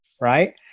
right